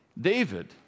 David